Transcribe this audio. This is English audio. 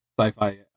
sci-fi